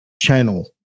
channel